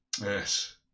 Yes